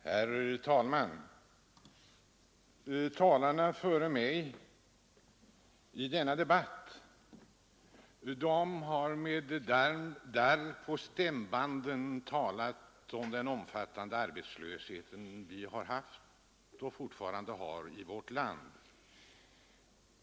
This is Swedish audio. Herr talman! De ledamöter som har haft ordet före mig i denna debatt har med darr på stämbanden talat om den omfattande arbetslöshet vi har haft och fortfarande har i vårt land.